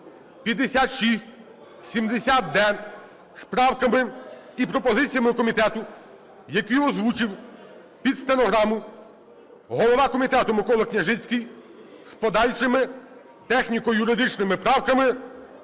(5670-д) з правками і пропозиціями комітету, які озвучив під стенограму голова комітету Микола Княжицький з подальшими техніко-юридичними правками